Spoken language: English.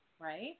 right